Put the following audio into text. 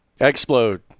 Explode